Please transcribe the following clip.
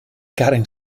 karen